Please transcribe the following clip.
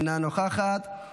אינה נוכחת,